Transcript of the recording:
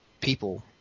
people